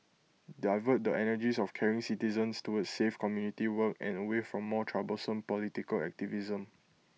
divert the energies of caring citizens towards safe community work and away from more troublesome political activism